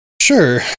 Sure